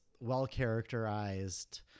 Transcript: well-characterized